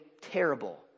terrible